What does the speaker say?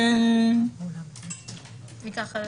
ייקח חלק